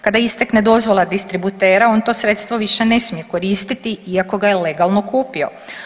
Kada istekne dozvola distributera on to sredstvo više ne smije koristiti iako ga je legalno kupio.